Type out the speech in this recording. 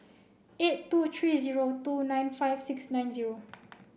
eight two three zero two nine five six nine zero